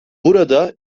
burada